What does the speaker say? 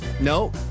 No